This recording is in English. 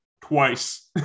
twice